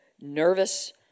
nervous